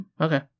Okay